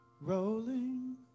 rolling